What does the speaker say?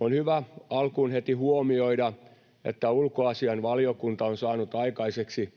On hyvä alkuun heti huomioida, että ulkoasiainvaliokunta on saanut aikaiseksi